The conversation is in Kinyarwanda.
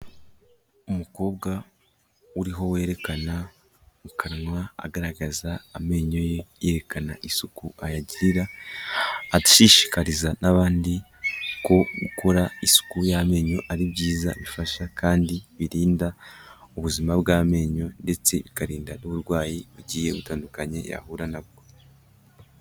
Umukobwa uriho werekana mu kanwa agaragaza amenyo ye yerekana isuku ayagira, ashishikariza n'abandi ko gukora isuku y'amenyo ari byiza bifasha kandi birinda ubuzima bw'amenyo, ndetse bikarinda n'uburwayi bugiye butandukanye yahura nabwo.